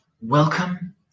welcome